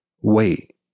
Wait